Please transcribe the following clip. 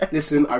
Listen